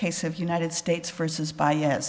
case of united states versus by ye